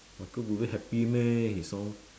michael buble happy meh his song